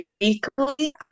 weekly